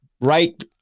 right